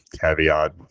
caveat